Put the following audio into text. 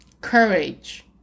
courage